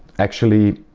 actually,